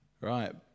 Right